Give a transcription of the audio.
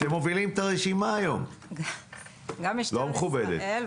אתם מובילים היום את הרשימה הלא מכובדת.